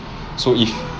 so if